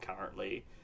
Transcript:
currently